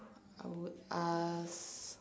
I would ask